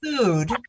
food